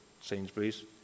Sainsbury's